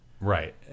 Right